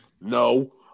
No